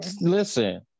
Listen